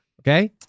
Okay